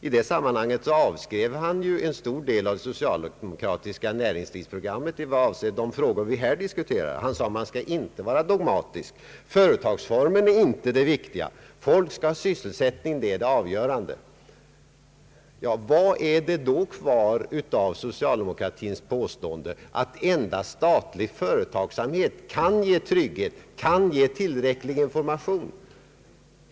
I det sammanhanget avskrev han ju en stor del av det socialdemokratiska = näringslivsprogrammet vad avser de frågor vi här diskuterar. Han sade att man skall inte vara dogmatisk. Företagsformen är inte det viktiga. Det avgörande är att folk skall ha sysselsättning. Vad är då kvar av socialdemokratins påstående att endast statlig företagsamhet kan ge trygghet och tillräcklig information?